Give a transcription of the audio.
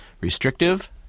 restrictive